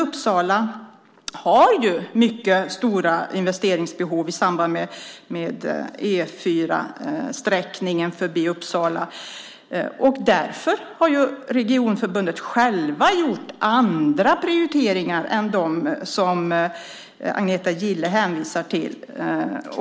Uppsala har mycket stora investeringsbehov i samband med E 4-sträckningen förbi Uppsala, och därför har regionförbundet självt gjort andra prioriteringar än de som Agneta Gille hänvisar till.